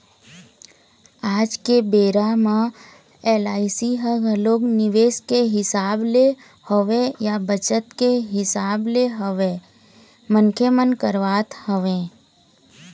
आज के बेरा म एल.आई.सी ह घलोक निवेस के हिसाब ले होवय या बचत के हिसाब ले होवय मनखे मन करवात हवँय